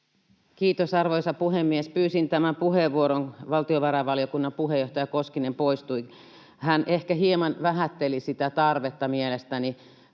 Kiitos, arvoisa puhemies! Pyysin tämän puheenvuoron, mutta valtiovarainvaliokunnan puheenjohtaja Koskinen poistui. Hän mielestäni ehkä hieman vähätteli sitä tarvetta toteamalla,